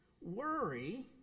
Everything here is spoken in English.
Worry